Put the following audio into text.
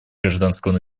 гражданского